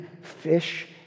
fish